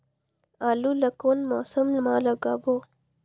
आलू ला कोन मौसम मा लगाबो?